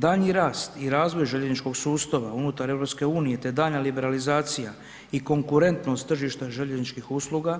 Daljnji rast i razvoj željezničkog sustava unutar EU te daljnja liberalizacija i konkurentnost tržišta željezničkih usluga